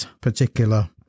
particular